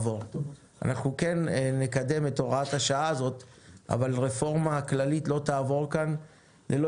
אנחנו נקדם את הוראת השעה הזאת אבל רפורמה כללית לא תעבור כאן ללא